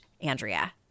Andrea